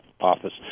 office